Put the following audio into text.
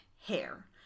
hair